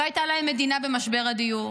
לא הייתה להם מדינה במשבר הדיור